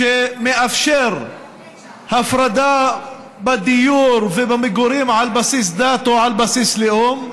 שמאפשר הפרדה בדיור ובמגורים על בסיס דת או על בסיס לאום,